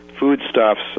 foodstuffs